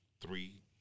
three